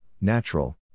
natural